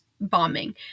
bombing